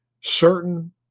certain